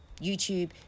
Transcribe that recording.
YouTube